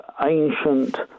ancient